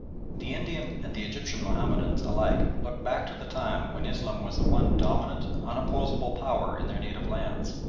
the indian and the egyptian mahomedans alike look back to the time when islam was the one dominant, unopposable power in their native lands,